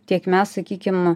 tiek mes sakykim